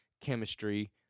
chemistry